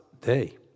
day